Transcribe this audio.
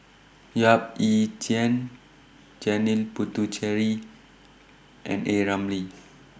Yap Ee Chian Janil Puthucheary and A Ramli